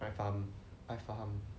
I faham I faham